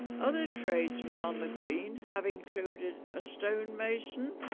other tradesmen on the green have included a stonemason,